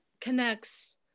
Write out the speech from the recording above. connects